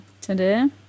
today